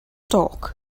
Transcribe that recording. talk